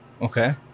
Okay